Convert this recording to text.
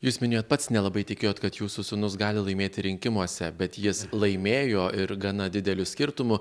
jūs minėjot pats nelabai tikėjot kad jūsų sūnus gali laimėti rinkimuose bet jis laimėjo ir gana dideliu skirtumu